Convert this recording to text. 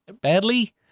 badly